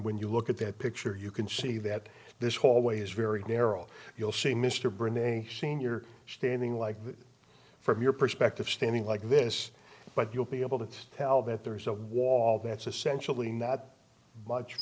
when you look at that picture you can see that this hallway is very narrow you'll see mr bring a senior standing like that from your perspective standing like this but you'll be able to tell that there's a wall that's essentially not much